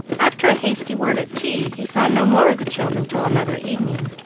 after a hasty word at tea, he saw no more of the children till another evening,